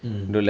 mm